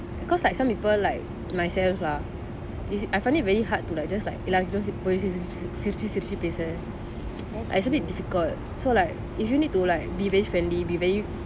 because like some people like myself lah is I find it very hard to like just எல்லாருகிட்டயும் பொய் சிரிச்சி சிரிச்சி பேச:ellarukitayum poi sirichi sirichi peasa it's a bit difficult so like if you need to like be very friendly be very